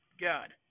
God